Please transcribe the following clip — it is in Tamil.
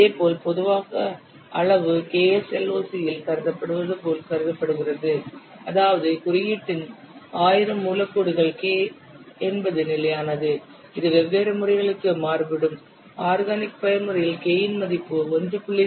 இதேபோல் பொதுவாக அளவு KSLOC இல் கருதப்படுவது போல் கருதப்படுகிறது அதாவது குறியீட்டின் 1000 மூல கோடுகள் k என்பது நிலையானது இது வெவ்வேறு முறைகளுக்கும் மாறுபடும் ஆர்கானிக் பயன்முறையில் k இன் மதிப்பு 1